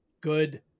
good